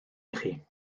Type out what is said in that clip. ichi